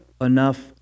enough